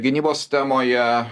gynybos temoje